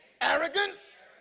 Arrogance